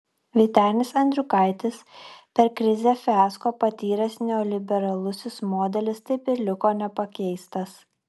vytenis andriukaitis per krizę fiasko patyręs neoliberalusis modelis taip ir liko nepakeistas